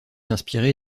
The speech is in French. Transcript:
inspiré